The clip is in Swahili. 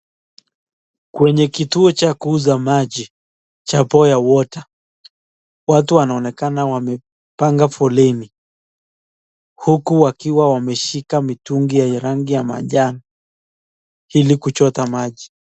Kwenye kituo cha kuuza maji cha Boya water watu wanaonekana wamepanga foleni huku wakiwa wameshika mitungi ya rangi ya manjano ili kuchota maji.